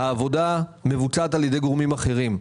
העבודה מבוצעת על ידי גורמים אחרים.